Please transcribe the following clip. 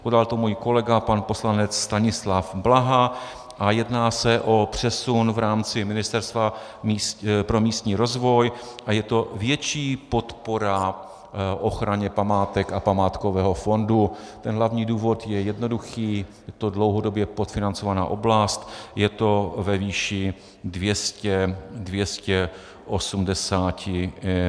Podal to můj kolega pan poslanec Stanislav Blaha a jedná se o přesun v rámci Ministerstva pro místní rozvoj a je to větší podpora ochraně památek a památkového fondu ten hlavní důvod je jednoduchý, je to dlouhodobě podfinancovaná oblast a to ve výši 280 mil. Kč.